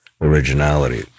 originality